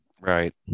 Right